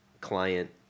client